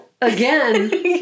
again